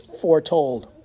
foretold